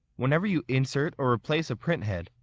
whenever you insert or replace a print head,